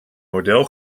model